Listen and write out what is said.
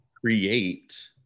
create